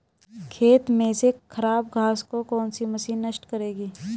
खेत में से खराब घास को कौन सी मशीन नष्ट करेगी?